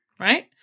Right